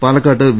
Palakkad V